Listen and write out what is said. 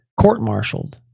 court-martialed